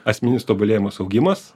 asmeninis tobulėjimas augimas